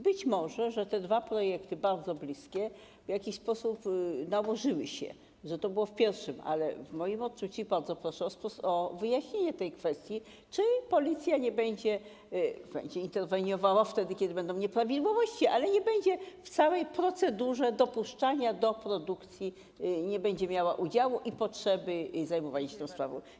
Być może, że te dwa projekty bardzo bliskie w jakiś sposób nałożyły się, że to było w pierwszym, ale w moim odczuciu, i bardzo proszę o wyjaśnienie tej kwestii, czy Policja będzie interweniowała wtedy, kiedy będą nieprawidłowości, ale w całej procedurze dopuszczania do produkcji nie będzie miała udziału i potrzeby zajmowania się tą sprawą.